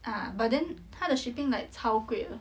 ah but then 它的 shipping like 超贵的